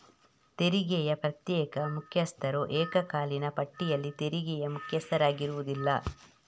ತೆರಿಗೆಯ ಪ್ರತ್ಯೇಕ ಮುಖ್ಯಸ್ಥರು ಏಕಕಾಲೀನ ಪಟ್ಟಿಯಲ್ಲಿ ತೆರಿಗೆಯ ಮುಖ್ಯಸ್ಥರಾಗಿರುವುದಿಲ್ಲ